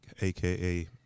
aka